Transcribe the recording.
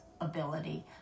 ability